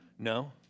No